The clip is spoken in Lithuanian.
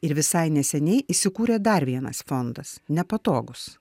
ir visai neseniai įsikūrė dar vienas fondas nepatogūs